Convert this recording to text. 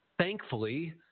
Thankfully